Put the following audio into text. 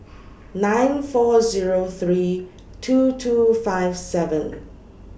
nine four Zero three two two five seven